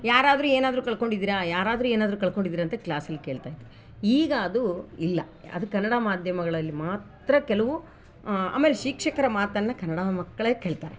ಯಾರಾದರು ಏನಾದರು ಕಳ್ಕೊಂಡಿದ್ದಿರ ಯಾರಾದರು ಏನಾದರು ಕಳ್ಕೊಂಡಿದ್ದಿರ ಅಂತ ಕ್ಲಾಸಲ್ಲಿ ಕೇಳ್ತ ಇದ್ವಿ ಈಗ ಅದು ಇಲ್ಲ ಅದು ಕನ್ನಡ ಮಾಧ್ಯಮಗಳಲ್ಲಿ ಮಾತ್ರ ಕೆಲವು ಆಮೇಲೆ ಶಿಕ್ಷಕರ ಮಾತನ್ನು ಕನ್ನಡ ಮಕ್ಕಳೆ ಕೇಳ್ತಾರೆ